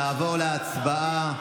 נעבור להצבעה.